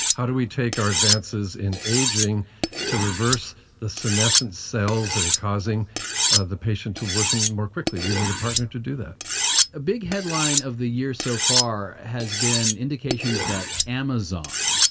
how do we take our advances in aging to reverse the senescent cells that are causing the patient to worsen more quickly? we need a partner to do that a big headline of the year so far has been indications that amazon,